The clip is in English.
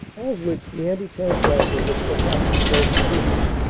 of which the anti-tank rifle was perhaps the most efficient.